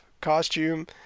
costume